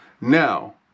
Now